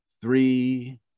three